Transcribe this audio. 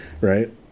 right